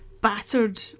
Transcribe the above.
battered